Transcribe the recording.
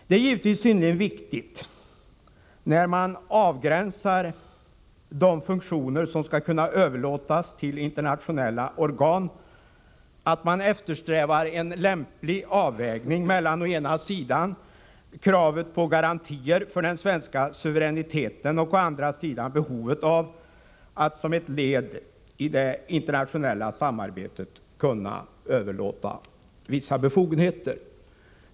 Det är givetvis synnerligen viktigt, när man avgränsar de funktioner som skall kunna överlåtas till internationella organ, att man eftersträvar en lämplig avvägning mellan å ena sidan kravet på garantier för den svenska suveräniteten och å andra sidan behovet av att som ett led i det internationella samarbetet kunna överlåta vissa befogenheter.